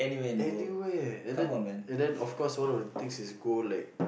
anywhere and then and then of course one of the things is go like